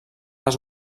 les